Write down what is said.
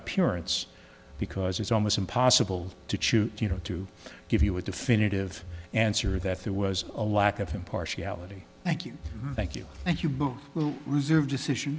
appearance because it's almost impossible to choose you know to give you a definitive answer that there was a lack of impartiality thank you thank you thank you but reserve decision